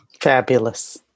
Fabulous